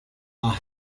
are